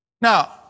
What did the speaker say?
Now